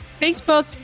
Facebook